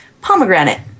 pomegranate